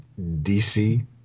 DC